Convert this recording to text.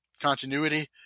continuity